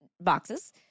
boxes